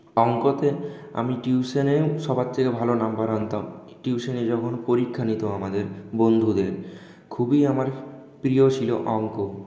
অঙ্কতে আমি টিউশনেও সবার থেকে ভালো নম্বর আনতাম টিউশনে যখন পরীক্ষা নিত আমাদের বন্ধুদের খুবই আমার প্রিয় ছিল অঙ্ক